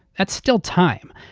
that's still time.